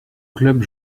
club